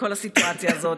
כל הסיטואציה הזאת,